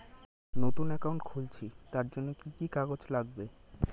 নতুন অ্যাকাউন্ট খুলছি তার জন্য কি কি কাগজ লাগবে?